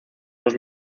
los